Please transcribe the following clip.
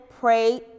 pray